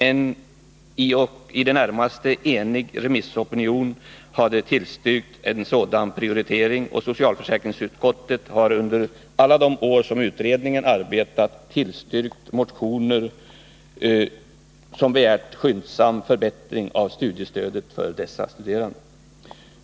En i det närmaste enig remissopinion hade tillstyrkt en sådan prioritering, och socialförsäkringsutskottet har under alla de år som utredningen arbetat tillstyrkt motioner som begärt skyndsam förbättring av studiestödet för dessa studerande.